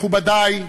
מכובדי כולם,